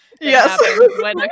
Yes